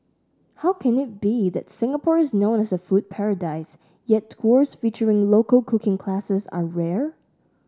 how can it be that Singapore is known as a food paradise yet tours featuring local cooking classes are rare